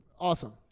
Awesome